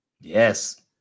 yes